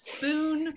spoon